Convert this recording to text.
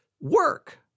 work